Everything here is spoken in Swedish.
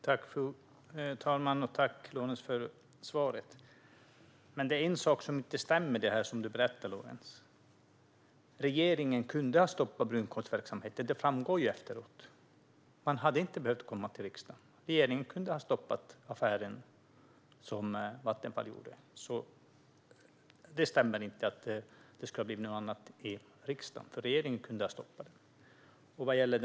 Fru talman! Jag tackar för svaret. Men det är en sak som inte stämmer i det som du berättade om, Lorentz Tovatt. Regeringen hade kunnat stoppa brunkolsverksamheten. Det har framgått efteråt. Man hade inte behövt komma till riksdagen. Regeringen hade kunnat stoppa den affär som Vattenfall gjorde. Det som du säger stämmer alltså inte.